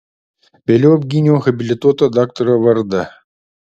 vėliau apgyniau habilituoto daktaro vardą